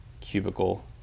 cubicle